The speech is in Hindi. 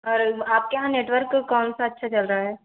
और आपके यहाँ नेटवर्क कौन सा अच्छा चल रहा है